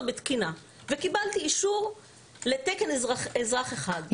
בתקינה וקיבלתי אישור לתקן אזרח אחד,